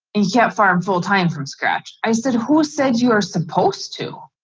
and yeah farm full time from scratch. i said who said you are supposed to?